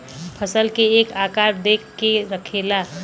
फसल के एक आकार दे के रखेला